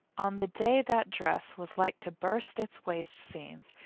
on the day that dress was like to burst its waist seams,